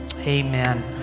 Amen